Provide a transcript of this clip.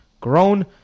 grown